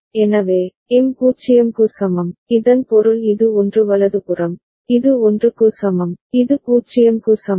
எனவே எம் 0 க்கு சமம் இதன் பொருள் இது 1 வலதுபுறம் இது 1 க்கு சமம் இது 0 க்கு சமம்